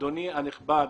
אדוני הנכבד,